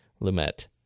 Lumet